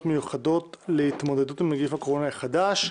מיוחדות להתמודדות עם נגיף הקורונה החדש.